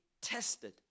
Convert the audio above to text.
tested